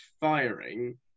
firing